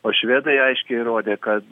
o švedai aiškiai įrodė kad